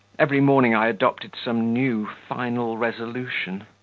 every morning i adopted some new, final resolution,